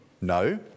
No